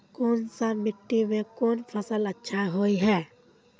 कोन सा मिट्टी में कोन फसल अच्छा होय है?